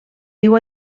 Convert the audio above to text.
viu